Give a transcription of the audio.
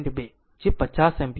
2 જે 50 એમ્પીયર છે